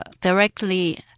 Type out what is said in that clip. directly